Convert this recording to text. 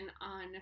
on